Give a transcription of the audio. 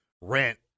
rent